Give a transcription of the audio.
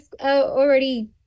already